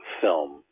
film